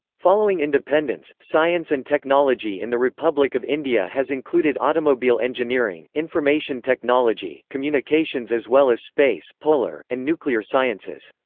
following independence, science and technology in the republic of india has included automobile engineering, information technology, communications as well as space, polar, and nuclear sciences.